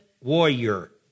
warrior